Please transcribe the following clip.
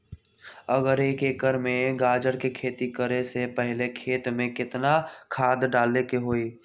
अगर एक एकर में गाजर के खेती करे से पहले खेत में केतना खाद्य डाले के होई?